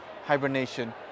hibernation